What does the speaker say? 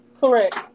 Correct